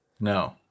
No